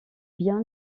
bien